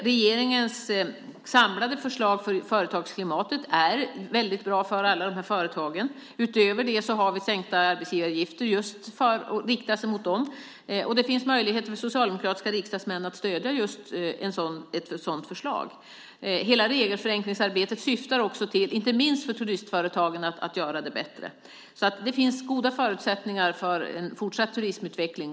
Regeringens samlade förslag för företagsklimatet är väldigt bra för alla de här företagen. Utöver det har vi sänkta arbetsgivaravgifter, just för att rikta sig mot dem. Det finns möjligheter för socialdemokratiska riksdagsmän att stödja ett sådant förslag. Hela regelförenklingsarbetet syftar till att göra det bättre inte minst för turistföretagen. Så det finns goda förutsättningar för en fortsatt turismutveckling.